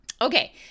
Okay